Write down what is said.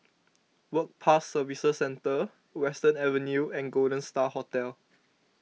Work Pass Services Centre Western Avenue and Golden Star Hotel